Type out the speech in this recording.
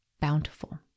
bountiful